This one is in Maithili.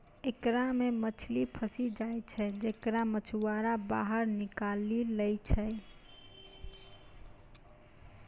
एकरा मे मछली फसी जाय छै जेकरा मछुआरा बाहर निकालि लै छै